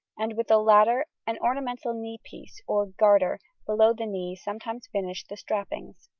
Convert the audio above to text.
and with the latter an ornamental knee-piece or garter below the knee sometimes finished the strappings.